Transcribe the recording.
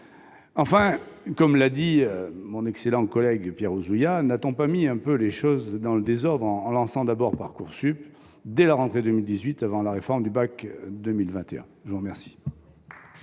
Enfin, comme l'a dit mon excellent collègue Pierre Ouzoulias, n'a-t-on pas fait les choses dans le désordre en lançant Parcoursup dès la rentrée de 2018, avant la réforme du bac de 2021 ? La parole